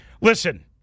listen